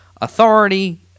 authority